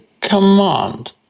command